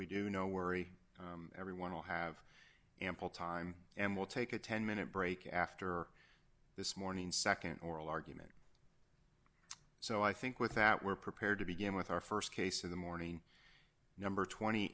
we do no worry everyone will have ample time and we'll take a ten minute break after this morning nd oral argument so i think with that we're prepared to begin with our st case of the morning number tw